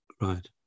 right